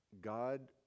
God